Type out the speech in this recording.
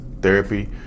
therapy